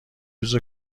روز